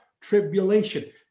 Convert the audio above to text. tribulation